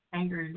anger